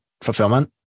fulfillment